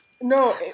No